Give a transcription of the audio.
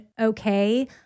okay